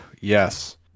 Yes